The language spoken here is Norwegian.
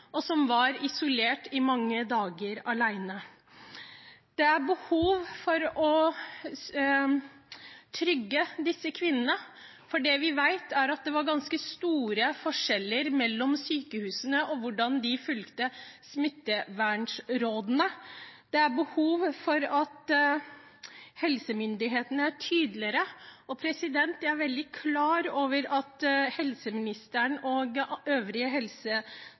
og som var isolert og alene i mange dager. Det er behov for å trygge disse kvinnene, for det vi vet, er at det var ganske store forskjeller mellom sykehusene og hvordan de fulgte smittevernrådene. Det er behov for at helsemyndighetene er tydeligere. Jeg er veldig klar over at helseministeren og øvrige